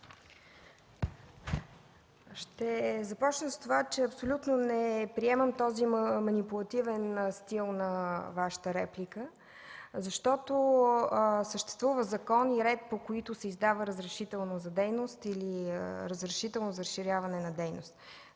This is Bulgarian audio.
Ще започна с това, че абсолютно не приемам този манипулативен стил на Вашата реплика, защото съществува закон и ред, по които се издава разрешително за дейност или разрешително за разширяване на дейност.